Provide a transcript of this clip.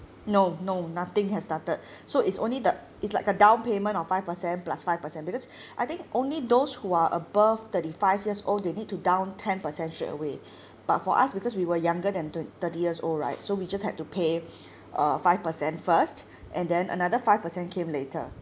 no no nothing has started so it's only the it's like a down payment of five percent plus five percent because I think only those who are above thirty five years old they need to down ten percent straight away but for us because we were younger than twen~ thirty years old right so we just had to pay uh five percent first and then another five percent came later